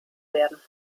werden